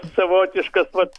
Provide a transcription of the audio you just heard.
savotiškas vat